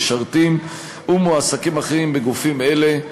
משרתים ומועסקים אחרים בגופים אלה,